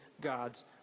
God's